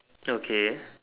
okay